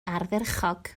ardderchog